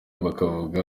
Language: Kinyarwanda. bakavuga